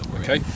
okay